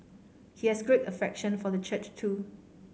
he has great affection for the church too